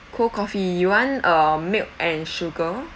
cold coffee you want uh milk and sugar